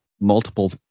multiple